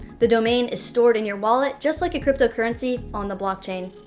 the domain is stored in your wallet, just like a cryptocurrency on the blockchain.